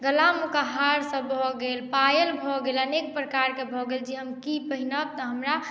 गला मेका हारसभ भऽ गेल पायल भऽ गेल अनेक प्रकारके भऽ गेल जे हम की पहिनब तऽ हमरा